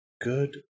Good